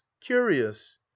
curious